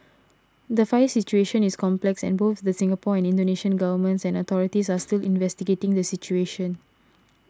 the fire situation is complex and both the Singapore and Indonesia governments and authorities are still investigating the situation